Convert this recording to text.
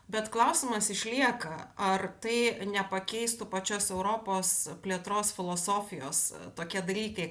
bet klausimas išlieka ar tai nepakeistų pačios europos plėtros filosofijos tokie dalykai